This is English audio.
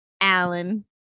Alan